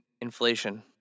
Inflation